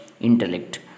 intellect